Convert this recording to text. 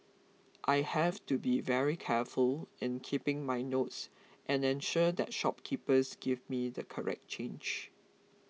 I have to be very careful in keeping my notes and ensure that shopkeepers give me the correct change